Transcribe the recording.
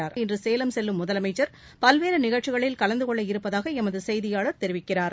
ஐந்தநாள் பயணமாக இன்று சேலம் செல்லும் முதலமைச்சர் பல்வேறு நிகழ்ச்சிகளில் கலந்து கொள்ள இருப்பதாக எமது செய்தியாளர் தெரிவிக்கிறார்